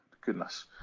Goodness